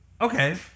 okay